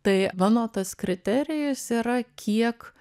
tai mano tas kriterijus yra kiek